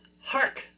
Hark